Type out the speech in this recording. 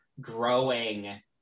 growing